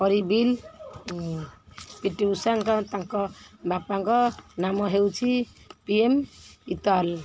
ପରିବିଲ୍ P T ଉଷାଙ୍କ ତାଙ୍କ ବାପାଙ୍କ ନାମ ହେଉଛି ପି ଏମ୍ ଇତଲ